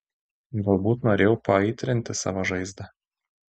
galbūt norėjau paaitrinti savo žaizdą